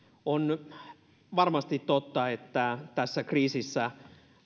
on varmasti totta että tässä kriisissä